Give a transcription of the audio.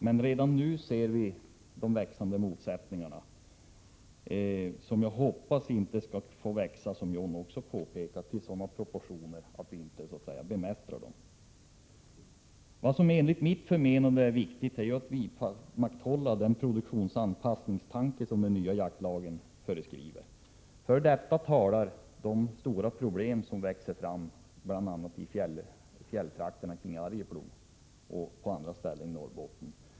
Men redan nu ser vi motsättningarna, som jag hoppas inte skall få växa ytterligare — en sak som John Andersson också påpekade — och anta sådana proportioner att vi inte bemästrar dem. Vad som enligt mitt förmenande är viktigt är att vidmakthålla den produktionsanpassningstanke som den nya jaktlagen föreskriver. För nödvändigheten av detta talar de stora problem som växer fram i fjälltrakterna kring Arjeplog och på andra ställen i Norrbotten.